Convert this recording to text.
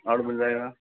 आड़ू मिल जाएगा